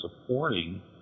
supporting